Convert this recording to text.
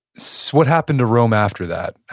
so what happened to rome after that,